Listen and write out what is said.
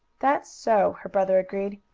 that's so, her brother agreed.